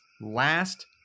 last